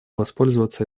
воспользоваться